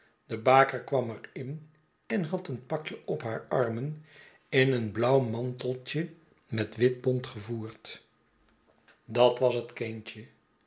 de baker kwam er in en had een pakje op haar armen in een blauw manteltje met wit bont gevoerd dat was het kindje